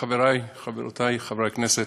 חברי, חברותי, חברי הכנסת,